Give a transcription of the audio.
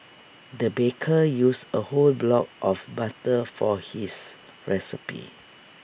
the baker used A whole block of butter for his recipe